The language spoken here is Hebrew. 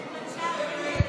תודה.